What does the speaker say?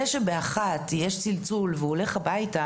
זה שב-13:00 יש צלצול והוא הולך הביתה